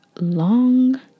long